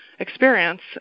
experience